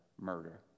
murder